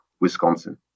Wisconsin